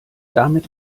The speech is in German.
damit